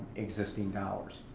existing dollars.